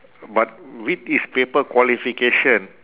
but with his paper qualification